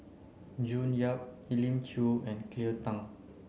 June Yap Elim Chew and Cleo Thang